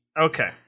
Okay